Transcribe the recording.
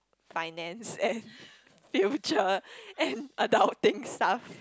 finance and future and adulting stuff